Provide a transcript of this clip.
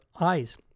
eyes